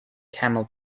camel